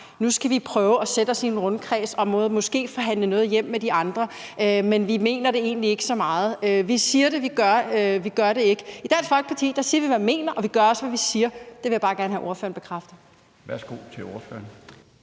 Nu skal vi prøve at sætte os i en rundkreds og måske forhandle noget hjem med de andre, men vi mener det egentlig ikke så meget; vi siger det, men vi gør det ikke. I Dansk Folkeparti siger vi, hvad vi mener, og vi gør også, hvad vi siger. Det vil jeg bare gerne have at ordføreren bekræfter.